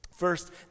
First